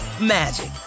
magic